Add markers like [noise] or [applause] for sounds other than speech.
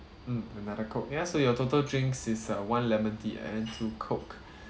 mm another coke ya so your total drinks is uh one lemon tea and two coke [breath]